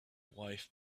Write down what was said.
wife